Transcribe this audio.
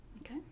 Okay